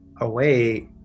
away